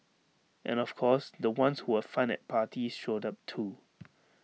and of course the ones who were fun at parties showed up too